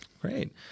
Great